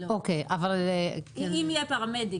הכי הגיוני,